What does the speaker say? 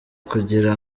kugira